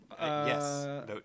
Yes